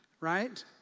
right